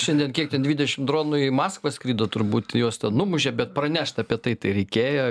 šiandien kiek ten dvidešimt dronų į maskvą skrido turbūt juos ten numušė bet pranešti apie tai reikėjo